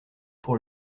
pour